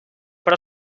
però